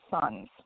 sons